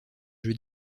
jeux